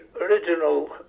original